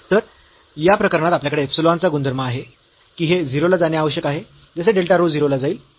तर या प्रकरणात आपल्याकडे इप्सिलॉन चा गुणधर्म आहे की हे 0 ला जाणे आवश्यक आहे जसे डेल्टा रो 0 ला जाईल